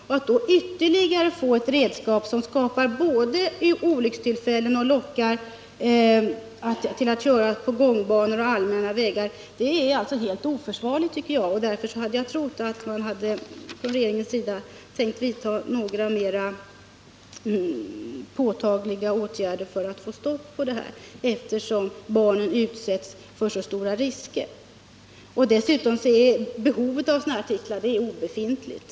Att det då tillkommer ytterligare en typ av redskap som både förorsakar olyckstillfällen och lockar till att köra på gångbanor och allmänna vägar är helt oförsvarligt. Därför hade jag trott att regeringen hade tänkt vidta några mer påtagliga åtgärder för att få stopp på minimotorcyklarna, som utsätter barnen för så stora risker. Dessutom är behovet av minimotorcyklar av denna typ obefintligt.